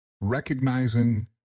Recognizing